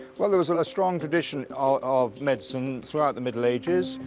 well, there was a strong tradition ah of medicine throughout the middle ages,